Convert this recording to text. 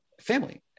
family